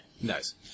Nice